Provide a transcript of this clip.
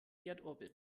erdorbit